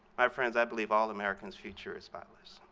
my friends, i believe all americans' future is spotless.